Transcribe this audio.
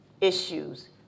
issues